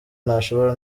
ntashobora